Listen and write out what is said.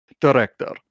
director